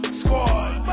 squad